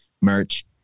merch